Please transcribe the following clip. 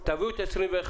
תביאו את ה-2021.